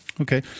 Okay